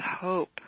hope